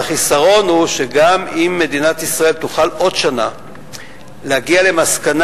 אבל החיסרון הוא שגם אם מדינת ישראל תוכל בעוד שנה להגיע למסקנה